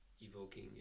evoking